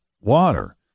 water